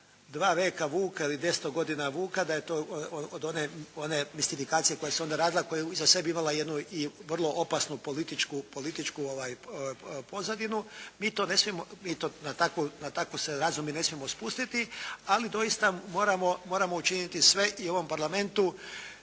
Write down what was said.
"dva veka Vuka" ili "dvjesto godina Vuka" da je to od one mistifikacije koja se onda radila koja je iza sebe imala jednu vrlo opasnu političku pozadinu. Mi to ne smijemo, na takvu se razinu ne smijemo spustiti, ali doista moramo učiniti sve i u ovom Parlamentu.